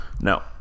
No